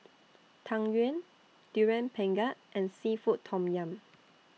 Tang Yuen Durian Pengat and Seafood Tom Yum